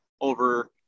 over